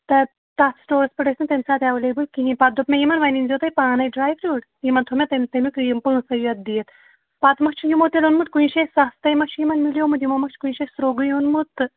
تہٕ تَتھ سٹورَس پٮ۪ٹھ ٲسۍ نہٕ تَمہِ ساتہٕ ایویلیبٕل کِہیٖنۍ پَتہٕ دوٚپ مےٚ یِمن وۄنۍ أنۍ زیٚو تُہۍ پانَے ڈرٛاے فرٛوٗٹ یِمَن تھوٚو مےٚ تَمہِ تَمیُک یِم پانٛژٕے یوت دِتھ پَتہٕ ما چھُ یِمو تیٚلہِ اوٚنمُت کُنہِ شایہِ سَستَے ما چھُ یِمن مِلیومُت یِمو ما چھُ کُنہِ جایہِ سرٛوگٕے اوٚنمُت تہٕ